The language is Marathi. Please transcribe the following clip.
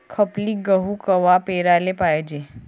खपली गहू कवा पेराले पायजे?